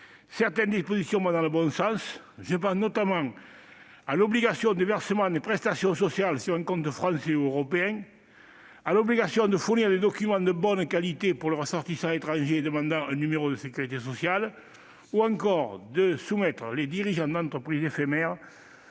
Certaines dispositions vont dans le bon sens. Je pense à l'obligation du versement des prestations sociales sur un compte français ou européen, à l'obligation de fournir des documents de bonne qualité pour les ressortissants étrangers demandant un numéro de sécurité sociale ou encore à la volonté de soumettre les dirigeants d'entreprises éphémères